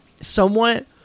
somewhat